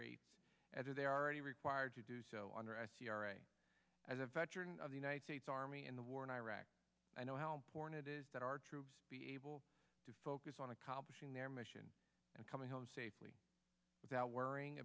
rates at or they are already required to do so under s t r a as a veteran of the united states army in the war in iraq i know how important it is that our troops be able to focus on accomplishing their mission and coming home safely without worrying